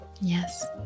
Yes